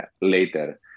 later